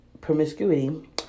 promiscuity